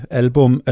album